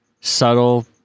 subtle